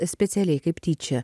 specialiai kaip tyčia